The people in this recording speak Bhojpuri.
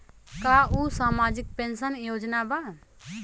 का उ सामाजिक पेंशन योजना बा?